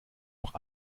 noch